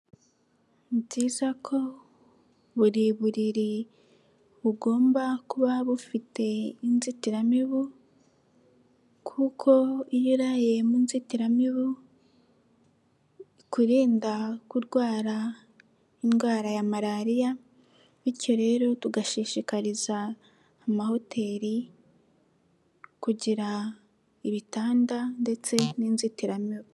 Ni byiza ko buri buriri bugomba kuba bufite inzitiramibu kuko iyo uraye mu nzitiramibu ikurinda kurwara indwara ya Malariya bityo rero tugashishikariza amahoteli kugira ibitanda ndetse n'inzitiramibu.